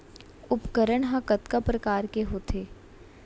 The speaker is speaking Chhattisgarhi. उपकरण हा कतका प्रकार के होथे?